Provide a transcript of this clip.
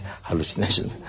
hallucination